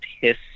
hiss